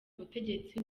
ubutegetsi